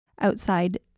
outside